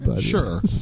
Sure